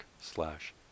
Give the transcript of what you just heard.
slash